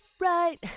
right